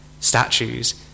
statues